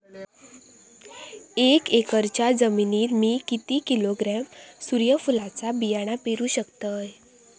एक एकरच्या जमिनीत मी किती किलोग्रॅम सूर्यफुलचा बियाणा पेरु शकतय?